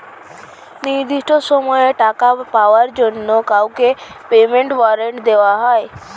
নির্দিষ্ট সময়ে টাকা পাওয়ার জন্য কাউকে পেমেন্ট ওয়ারেন্ট দেওয়া হয়